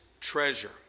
treasure